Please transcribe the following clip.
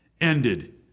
ended